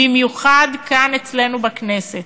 במיוחד כאן אצלנו בכנסת.